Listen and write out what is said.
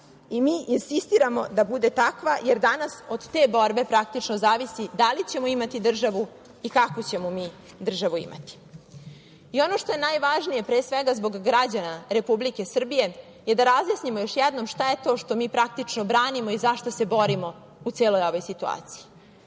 i mi insistiramo da bude takva jer danas od te borbe praktično zavisi da li ćemo imati državu i kakvu ćemo mi imati državu. Ono što je najvažnije pre svega zbog građana Republike Srbije da razjasnimo još jednom šta je to što mi praktično branimo i zašta se borimo u celoj ovoj situaciji.